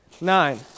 Nine